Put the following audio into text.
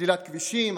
סלילת כבישים,